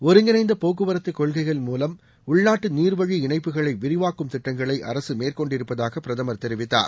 ஒருங்கிணைந்த போக்குவரத்து கொள்கைகள் மூலம் உள்நாட்டு நீர் வழி இணைப்புகளை விரிவாக்கும் திட்டங்களை அரசு மேற்கொண்டிருப்பதாக பிரதமர் தெரிவித்தார்